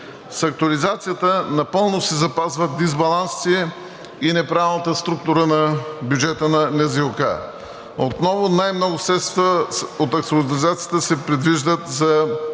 С актуализацията напълно се запазват дисбалансите и неправилната структура на бюджета на НЗОК. Отново най-много средства в актуализацията се предвиждат за